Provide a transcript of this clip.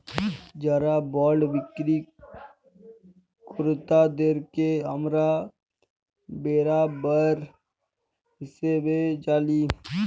যারা বল্ড বিক্কিরি কেরতাদেরকে আমরা বেরাবার হিসাবে জালি